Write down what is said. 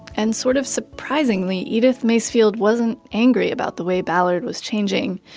and sort of surprisingly, edith macefield wasn't angry about the way ballard was changing.